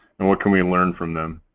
and what can we learn from them?